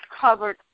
covered